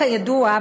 כידוע,